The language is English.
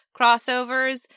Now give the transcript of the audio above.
crossovers